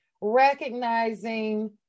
recognizing